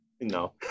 no